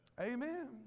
Amen